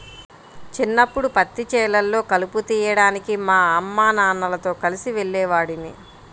చిన్నప్పడు పత్తి చేలల్లో కలుపు తీయడానికి మా అమ్మానాన్నలతో కలిసి వెళ్ళేవాడిని